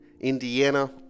Indiana